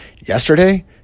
Yesterday